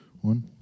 one